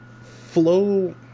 flow